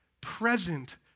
present